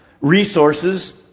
resources